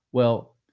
well,